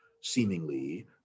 seemingly